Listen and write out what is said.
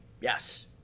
Yes